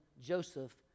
Joseph